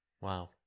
Wow